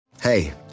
Hey